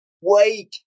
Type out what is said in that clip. Wake